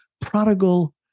prodigal